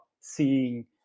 seeing